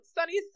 Sunny